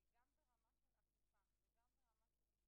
השעות תוכל לאפשר את הסנכרון גם ביום שיש בו